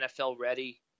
NFL-ready